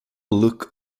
look